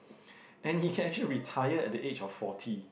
and he can actually retire at the age of forty